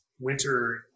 winter